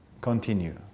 continue